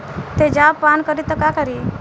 तेजाब पान करी त का करी?